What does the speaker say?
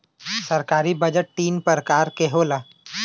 सरकारी बजट तीन परकार के होला